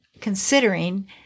considering